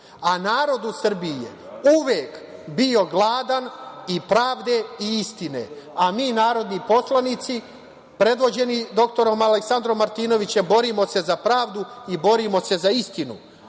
Narod u Srbiji je uvek bio gladan i pravde i istine, a mi, narodni poslanici, predvođeni doktorom Aleksandrom Martinovićem borimo se za pravdu i borimo se za istinu